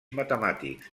matemàtics